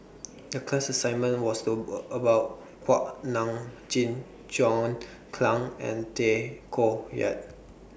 The class assignment was though about Kuak Nam Jin John Clang and Tay Koh Yat